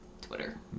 Twitter